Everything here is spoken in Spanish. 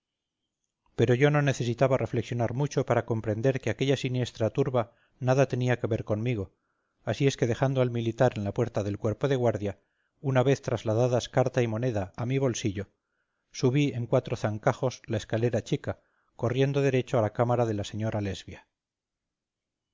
pero yo no necesitaba reflexionar mucho para comprender que aquella siniestra turba nada tenía que ver conmigo así es que dejando al militar en la puerta del cuerpo de guardia una vez trasladadas carta y moneda a mi bolsillo subí en cuatro zancajos la escalera chica corriendo derecho a la cámara de la señora lesbia